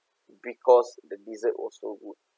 because the dessert was so good